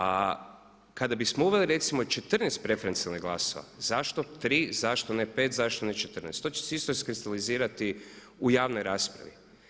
A kada bismo uveli recimo 14 preferencijalnih glasova, zašto tri, zašto ne pet, zašto ne 14. to će se isto iskristalizirati u javnoj raspravi.